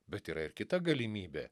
bet yra ir kita galimybė